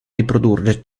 riprodurre